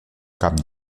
camp